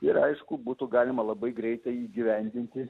ir aišku būtų galima labai greitai įgyvendinti